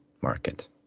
market